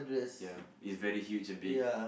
ya it's very huge and big